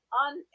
on